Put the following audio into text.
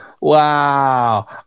Wow